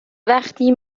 وقتی